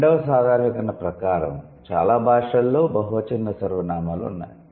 పన్నెండవ సాధారణీకరణ ప్రకారం చాలా భాషలలో బహువచన సర్వనామాలు ఉన్నాయి